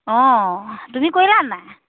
অঁ তুমি কৰিলা নাই